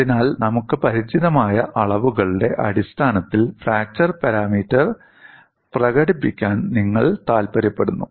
അതിനാൽ നമുക്ക് പരിചിതമായ അളവുകളുടെ അടിസ്ഥാനത്തിൽ ഫ്രാൿചർ പാരാമീറ്റർ പ്രകടിപ്പിക്കാൻ നിങ്ങൾ താൽപ്പര്യപ്പെടുന്നു